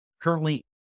Currently